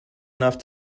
enough